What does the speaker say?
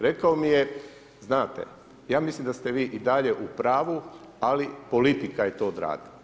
Rekao mi je znate, ja mislim da ste vi i dalje u pravu ali politika je to odradila.